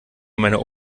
meiner